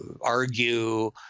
argue